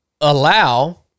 allow